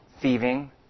thieving